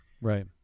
right